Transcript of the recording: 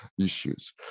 issues